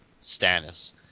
Stannis